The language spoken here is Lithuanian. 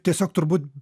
tiesiog turbūt